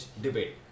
debate